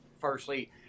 firstly